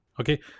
Okay